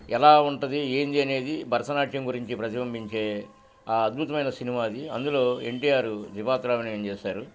ఎలా ఉంటది ఏంది అనేది భరతనాట్యం గురించి ప్రతిబంబించే ఆ అద్భుతమైన సినిమా అది అందులో ఎన్టిఆర్ జిపాతావణ ఏం చేశారు